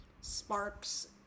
sparks